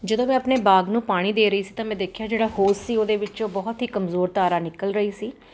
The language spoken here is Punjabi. ਜਦੋਂ ਮੈਂ ਆਪਣੇ ਬਾਗ ਨੂੰ ਪਾਣੀ ਦੇ ਰਹੀ ਸੀ ਤਾਂ ਮੈਂ ਦੇਖਿਆ ਜਿਹੜਾ ਹੋਜ ਸੀ ਉਹਦੇ ਵਿੱਚੋਂ ਬਹੁਤ ਹੀ ਕਮਜ਼ੋਰ ਧਾਰਾ ਨਿਕਲ ਰਹੀ ਸੀ